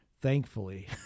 Thankfully